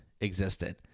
existed